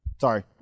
Sorry